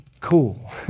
cool